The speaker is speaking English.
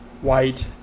white